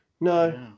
No